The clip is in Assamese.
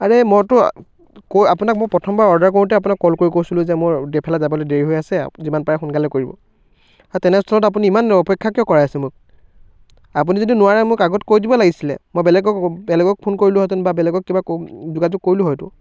আৰে মইতো কৈ আপোনাক মই প্ৰথমবাৰ অৰ্ডাৰ কৰোঁতে আপোনাক কল কৰি কৈছিলোঁ যে মোৰ দে এফালে যাবলৈ দেৰি হৈ আছে আপুনি যিমান পাৰে সোনকালে কৰিব আৰু তেনেস্থলত আপুনি ইমান অপেক্ষা কিয় কৰাই আছে মোক আপুনি যদি নোৱাৰে মোক আগত কৈ দিব লাগিছিলে মই বেলেগক বেলেগক ফোন কৰিলোহেঁতেন বা বেলেগক কিবা ক যোগাযোগ কৰিলো হয় তো